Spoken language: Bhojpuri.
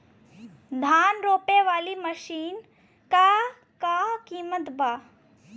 धान रोपे वाली मशीन क का कीमत बा?